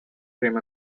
frame